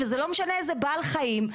וזה לא משנה איזה בעל חיים,